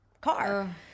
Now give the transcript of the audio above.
car